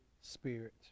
Spirit